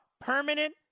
permanent